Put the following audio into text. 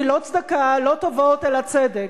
חברתי, נגד, ביבי נתניהו.